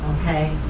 okay